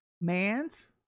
Man's